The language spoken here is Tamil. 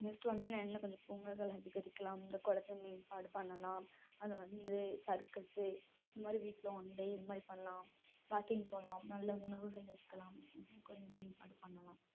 நெக்ஸ்டு வந்து என்ன இன்னும் கொஞ்சம் பூங்காக்கள் அதிகரிக்கலாம் இந்த குளத்த மேம்பாடு பண்ணலாம் அதை வந்து சர்க்கஸு இதுமாதிரி வீக்கில் ஒன் டே இது மாதிரி பண்ணலாம் வாக்கிங் போகலாம் நல்ல உணவுகள் இருக்கலாம் இன்னும் கொஞ்சம் மேம்பாடு பண்ணலாம்